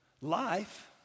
Life